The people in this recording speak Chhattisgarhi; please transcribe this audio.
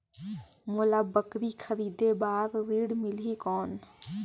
मोला बकरी खरीदे बार ऋण मिलही कौन?